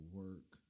work